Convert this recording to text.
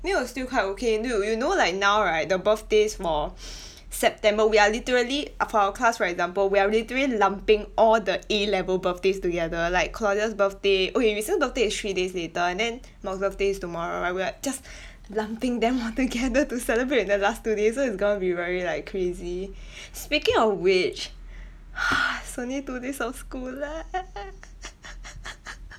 May was still quite okay knew you know like now right the birthdays for September we are literally ah for our class for example we are literally lumping all the A-level birthdays together like Claudia's birthday okay Rison birthday is three days later and then Mott birthday is tomorrow right we're just lumping them all together to celebrate in the last two days so it's gonna be very like crazy speaking of which it's only two days of school left